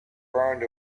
burned